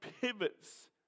pivots